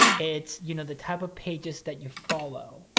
it's, you know, the type of pages that you follow,